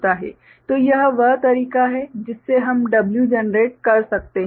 तो यह वह तरीका है जिससे हम W जनरेट कर सकते हैं